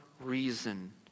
Reason